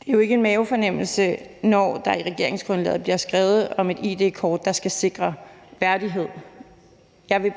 Det er jo ikke en mavefornemmelse, når der i regeringsgrundlaget bliver skrevet om et id-kort, der skal sikre værdighed. Jeg